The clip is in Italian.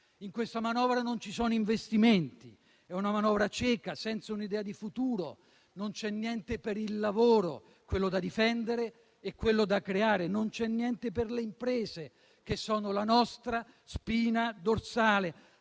In questa manovra non ci sono investimenti; è una manovra cieca, senza un'idea di futuro. Non c'è niente per il lavoro, quello da difendere e quello da creare; non c'è niente per le imprese, che sono la nostra spina dorsale,